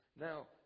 Now